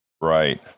Right